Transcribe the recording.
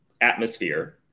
atmosphere